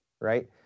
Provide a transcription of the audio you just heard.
right